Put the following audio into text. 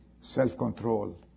Self-control